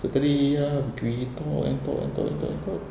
totally ya we talk and talk and talk and talk and talk